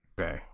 Okay